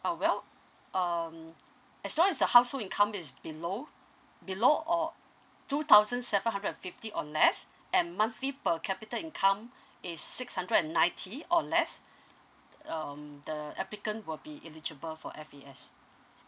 uh well um as long as the household income is below below or two thousand seven hundred fifty or less and monthly per capita income is six hundred ninety or less um the applicant will be eligible for F_A_S